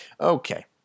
Okay